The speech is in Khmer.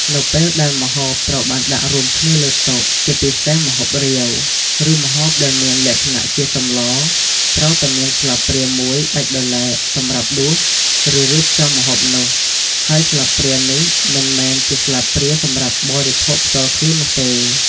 នៅពេលដែលម្ហូបត្រូវបានដាក់រួមគ្នាលើតុ ជាពិសេសម្ហូបរាវ ឬម្ហូបដែលមានលក្ខណៈជាសម្លរ ត្រូវតែមានស្លាបព្រាមួយដាច់ដោយឡែកសម្រាប់ដួស ឬរៀបចំម្ហូបនោះ ហើយស្លាបព្រានេះមិនមែនជាស្លាបព្រាសម្រាប់បរិភោគផ្ទាល់ខ្លួននោះទេ។